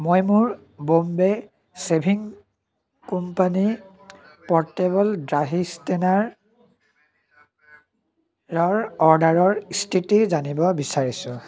মই মোৰ Bombay shaving company portable দাঢ়ি ষ্টেনাৰৰ অৰ্ডাৰৰ স্থিতি জানিব বিচাৰিছোঁ